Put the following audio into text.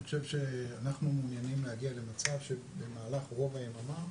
אני חושב שאנחנו מעוניינים להגיע למצב שבמהלך רוב היממה,